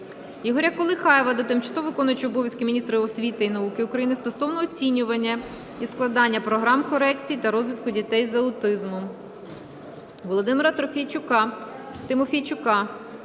Ігоря Колихаєва до тимчасово виконуючого обов'язки міністра освіти і науки України стосовно оцінювання і складання програм корекції та розвитку дітей з аутизмом. Володимира Тимофійчука